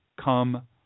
come